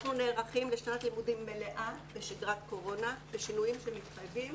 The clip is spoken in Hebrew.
אנחנו נערכים לשנת לימודים מלאה בשגרת קורונה בשינויים שמתחייבים,